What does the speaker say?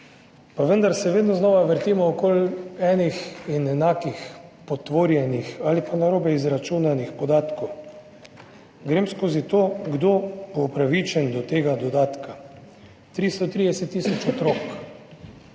pa vendar se vedno znova vrtimo okoli enih in enakih potvorjenih ali pa narobe izračunanih podatkih. Grem skozi to, kdo bo upravičen do tega dodatka. 330 tisoč otrok